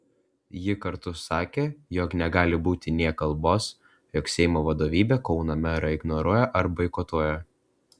ji kartu sakė jog negali būti nė kalbos jog seimo vadovybė kauno merą ignoruoja ar boikotuoja